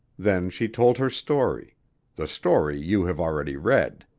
then she told her story the story you have already read.